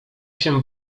się